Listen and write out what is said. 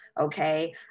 okay